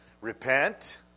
repent